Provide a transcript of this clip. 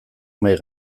mahai